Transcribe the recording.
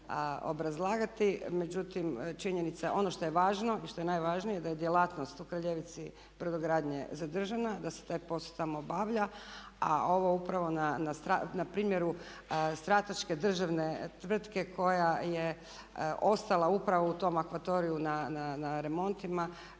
obrazlagati, međutim ono što je važno i što je najvažnije da je djelatnost u Kraljevici brodogradnje zadržana, da se taj posao tamo obavlja a ovo upravo na primjeru strateške državne tvrtke koja je ostala upravo u tom akvatoriju na remontima